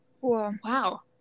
Wow